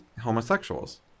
homosexuals